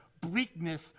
bleakness